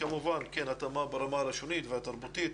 כמובן, התאמה ברמה הלשונית והתרבותית.